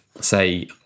say